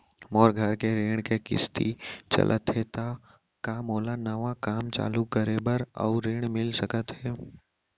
मोर घर के ऋण के किसती चलत हे ता का मोला नवा काम चालू करे बर अऊ ऋण मिलिस सकत हे?